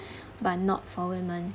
but not for women